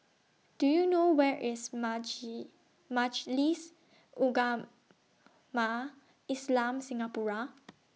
Do YOU know Where IS Majlis Ugama Islam Singapura